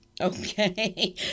Okay